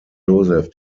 joseph